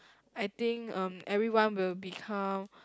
I think um everyone will become